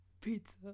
Pizza